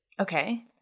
Okay